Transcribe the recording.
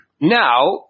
Now